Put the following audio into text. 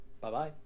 Bye-bye